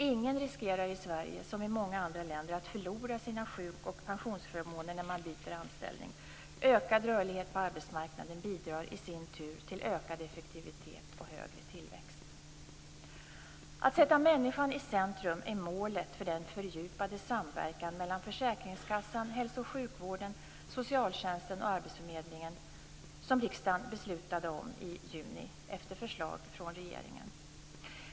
Ingen riskerar i Sverige som i många andra länder att förlora sina sjuk och pensionsförmåner när man byter anställning. Ökad rörlighet på arbetsmarknaden bidrar i sin tur till ökad effektivitet och högre tillväxt. Att sätta människan i centrum är målet för den fördjupade samverkan mellan försäkringskassan, hälso och sjukvården, socialtjänsten och arbetsförmedlingen som riksdagen beslutade om i juni efter förslag från regeringen.